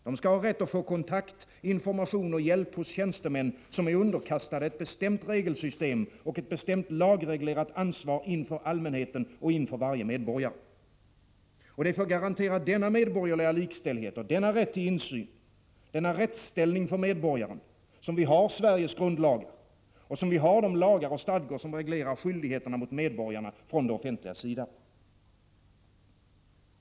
De skall ha rätt att få kontakt, information och hjälp hos tjänstemän som är underkastade ett bestämt regelsystem och ett bestämt lagreglerat ansvar inför allmänheten och inför varje medborgare. Det är för att garantera denna likställdhet, denna rätt till insyn, denna rättsställning för medborgaren, som vi har Sveriges grundlagar och de lagar och stadgor som reglerar skyldigheterna mot medborgarna från det allmännas sida.